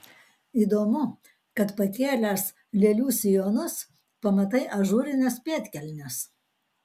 įdomu kad pakėlęs lėlių sijonus pamatai ažūrines pėdkelnes